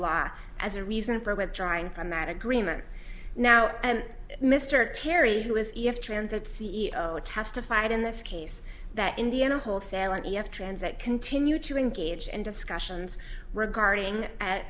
law as a reason for withdrawing from that agreement now and mr terry who was transit c e o testified in this case that indiana wholesale an e f transit continue to engage in discussions regarding at